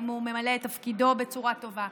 אם הוא ממלא את תפקידו בצורה טובה.